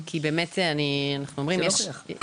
צריך להוכיח.